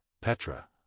Petra